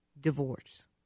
Divorce